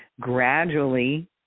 gradually